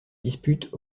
disputent